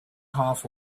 half